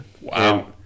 Wow